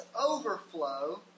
overflow